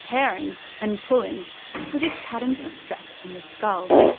tearing and pulling to predict patterns of stress in the skull.